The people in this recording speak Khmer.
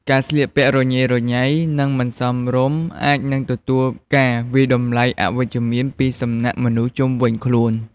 ការស្លៀកពាក់រញ៉េរញ៉ៃ និង មិនសមរម្យអាចនឹងទទួលការវាយតម្លៃអវិជ្ជមានពីសំណាក់មនុស្សជុំវិញខ្លួន។